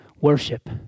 worship